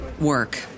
work